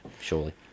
surely